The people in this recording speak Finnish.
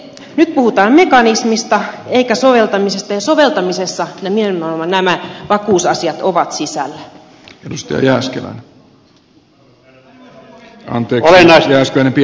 nyt puhutaan mekanismista eikä soveltamisesta ja soveltamisessa nimenomaan nämä vakuusasiat ovat sisällä